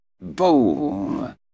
Boom